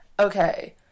Okay